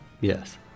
Yes